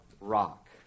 rock